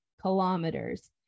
kilometers